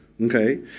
okay